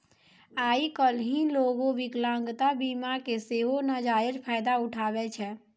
आइ काल्हि लोगें विकलांगता बीमा के सेहो नजायज फायदा उठाबै छै